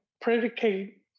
predicate